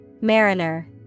Mariner